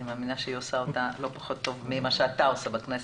אני מאמינה שהיא עושה אותה לא פחות טוב ממה שאתה עושה בכנסת.